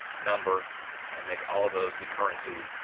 number and make all of those be currency,